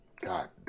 God